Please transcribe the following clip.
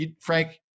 Frank